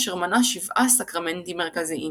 אשר מנה שבעה סקרמנטים מרכזיים.